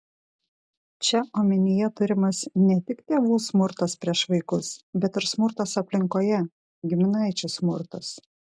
čia omenyje turimas ne tik tėvų smurtas prieš vaikus bet ir smurtas aplinkoje giminaičių smurtas